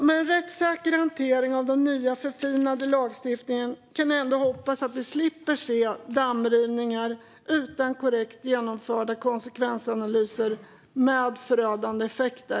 Med en rättssäker hantering och med den nya, förfinade lagstiftningen kan jag ändå hoppas att vi slipper se dammrivningar utan korrekt genomförda konsekvensanalyser och med förödande effekter.